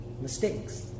mistakes